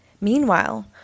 Meanwhile